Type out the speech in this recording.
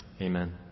Amen